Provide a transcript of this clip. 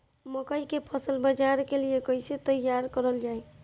मकई के फसल बाजार के लिए कइसे तैयार कईले जाए?